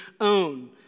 own